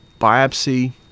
biopsy